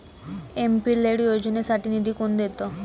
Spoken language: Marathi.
एम.पी लैड योजनेसाठी निधी कोण देतं?